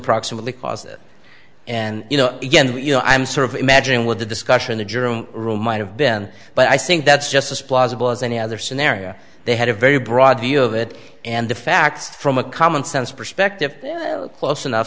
proximately caused it and you know again you know i'm sort of imagine what the discussion the jury room might have been but i think that's just as plausible as any other scenario they had a very broad view of it and the facts from a commonsense perspective close enough